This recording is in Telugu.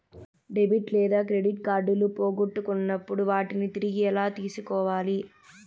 డెబిట్ లేదా క్రెడిట్ కార్డులు పోగొట్టుకున్నప్పుడు వాటిని తిరిగి ఎలా తీసుకోవాలి